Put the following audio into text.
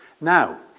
Now